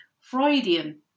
Freudian